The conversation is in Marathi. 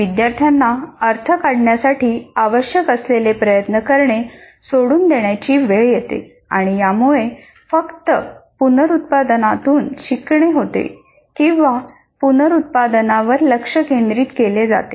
विद्यार्थ्यांना अर्थ काढण्यासाठी आवश्यक असलेले प्रयत्न करणे सोडून देण्याची वेळ येते आणि यामुळे फक्त पुनरुत्पादनातून शिकणे होते किंवा पुनरुत्पादनावर लक्ष केंद्रित केले जाते